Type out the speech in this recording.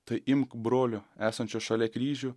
tai imk brolio esančio šalia kryžių